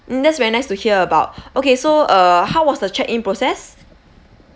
mm that's very nice to hear about okay so uh how was the check in process